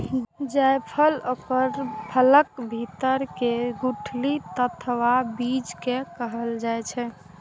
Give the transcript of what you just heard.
जायफल ओकर फलक भीतर के गुठली अथवा बीज कें कहल जाइ छै